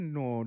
no